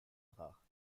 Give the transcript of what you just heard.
rare